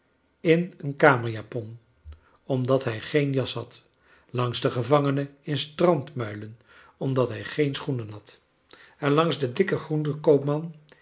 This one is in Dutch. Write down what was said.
in een kamerjapon omdat hij geen jas had langs den gevangene in strandmuilen omdat hij geen schoenen had en langs den dikken groentenkoopman